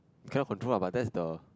you cannot control lah but that's the